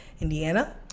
Indiana